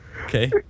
okay